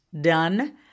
done